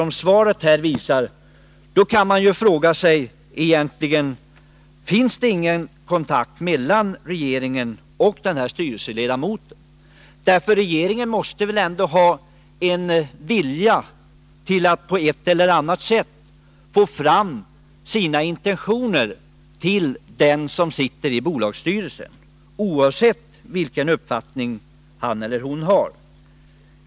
Men finns det inga kontakter mellan regeringen och styrelseledamoten? Regeringen måste väl ändå ha en vilja att på ett eller annat sätt få fram sina intentioner till den av staten nominerade styrelseledamoten.